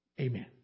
amen